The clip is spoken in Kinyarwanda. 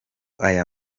aya